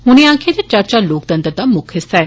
उनें आक्खेआ जे चर्चा लोकतंत्र दा मुक्ख हिस्सा ऐ